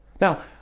now